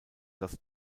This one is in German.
das